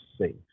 safe